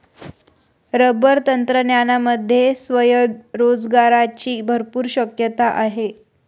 rubber तंत्रज्ञानामध्ये स्वयंरोजगाराची भरपूर शक्यता आहे